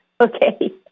Okay